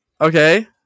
Okay